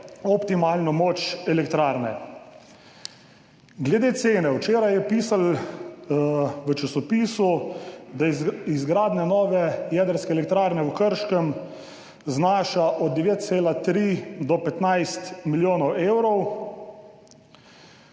optimalno moč elektrarne. Glede cene. Včeraj je pisalo v časopisu, da izgradnja nove jedrske elektrarne v Krškem znaša od 9,3 do 15 milijonov evrov.